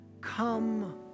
come